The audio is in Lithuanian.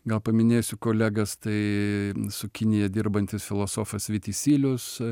gal paminėsiu kolegas tai su kinija dirbantis filosofas vytis silius